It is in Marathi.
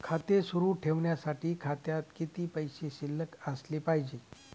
खाते सुरु ठेवण्यासाठी खात्यात किती पैसे शिल्लक असले पाहिजे?